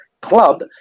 club